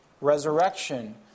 resurrection